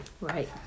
Right